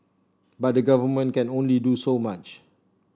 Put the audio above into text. but the Government can only do so much